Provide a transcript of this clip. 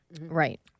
Right